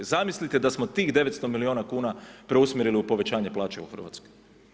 Zamislite da smo tih 900 miliona kuna preusmjerili u povećanje plaća u Hrvatskoj.